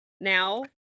now